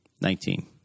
Nineteen